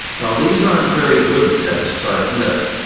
now these aren't very good tests i admit,